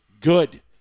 good